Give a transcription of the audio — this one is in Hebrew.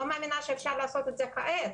לא מאמינה שאפשר לעשות את זה כעת,